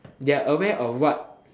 they are aware of what